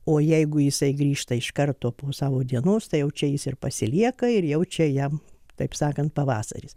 o jeigu jisai grįžta iš karto po savo dienos tai jau čia jis ir pasilieka ir jau čia jam taip sakant pavasaris